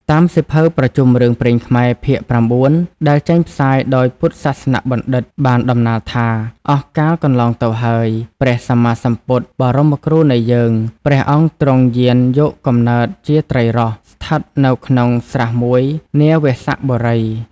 តាមសៀវភៅប្រជុំរឿងព្រេងខ្មែរ ភាគ៩ ដែលចេញផ្សាយដោយពុទ្ធសាសនបណ្ឌិត្យ បានដំណាលថា អស់កាលកន្លងទៅហើយ ព្រះសម្មាស្ពុទ្ធ បរម្យគ្រូនៃយើង ព្រះអង្គទ្រង់យោនយកកំណើតជាត្រីរ៉ស់ ស្ថិតនៅក្នុងស្រះមួយ នាវស្សបុរី។